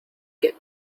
get